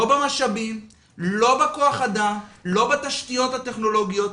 לא במשאבים, לא בכוח אדם, לא בתשתיות טכנולוגיות.